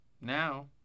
now